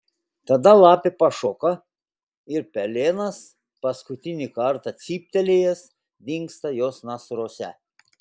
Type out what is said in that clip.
tada lapė pašoka ir pelėnas paskutinį kartą cyptelėjęs dingsta jos nasruose